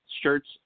shirts